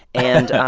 and.